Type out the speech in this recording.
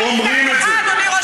מי אומר את זה?